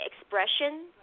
expression